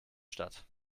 statt